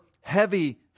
heavy